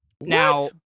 Now